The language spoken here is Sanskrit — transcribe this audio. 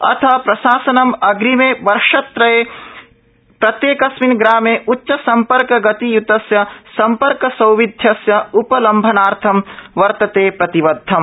अथ प्रशासनं अग्रिमे वर्षत्रये प्रत्येकस्मिन् ग्रामे उच्च सम्पर्क गतियुतस्य सम्पर्क सौविध्यस्य उप्लम्भनार्थ वर्तते प्रतिबद्धम्